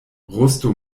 rusto